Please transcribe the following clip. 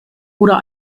oder